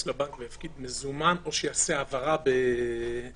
לבנק ויפקיד מזומן או שיעשה העברה בזה"ב,